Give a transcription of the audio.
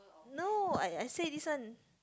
no I I say this one